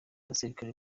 abasirikare